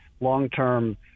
long-term